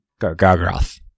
Gargoth